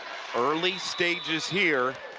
early stages here,